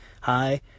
hi